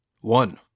One